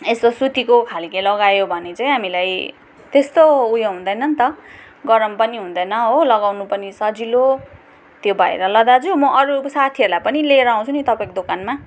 सुतीको खालको लगायो भने चैँ हामीलाई त्यस्तो हुँदैन नि त गरम पनि हुँदैन लगाउनु पनि सजिलो त्यो भएर ल दाजु म अरू साथीहरूलाई पनि लिएर आउँछु नि तपाईँको दोकानमा